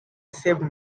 saved